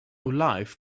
life